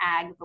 ag